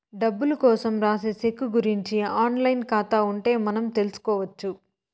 డబ్బులు కోసం రాసే సెక్కు గురుంచి ఆన్ లైన్ ఖాతా ఉంటే మనం తెల్సుకొచ్చు